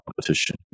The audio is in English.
competition